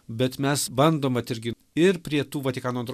bet mes bandom vat irgi ir prie tų vatikano antro